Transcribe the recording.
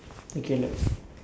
okay let's